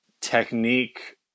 technique